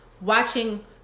watching